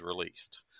released